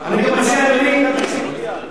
לבטל בפקודת המסים (גבייה).